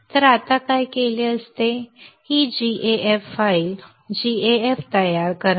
तर आता काय केले असते ही gaf निर्देशिका gaf तयार करा